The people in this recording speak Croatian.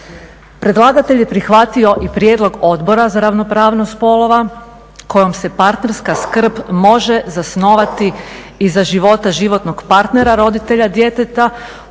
Predlagatelj je prihvatio i prijedlog Odbora za ravnopravnost spolova kojom se partnerska skrb može zasnovati i za života životnog partnera roditelja djeteta ukoliko